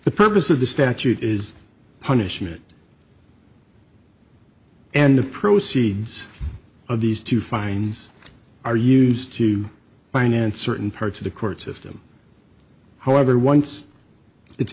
the purpose of the statute is punishment and the proceeds of these two fines are used to finance certain parts of the court system however once it's